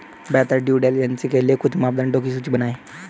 बेहतर due diligence के लिए कुछ मापदंडों की सूची बनाएं?